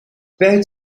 perde